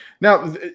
Now